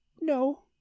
No